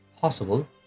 possible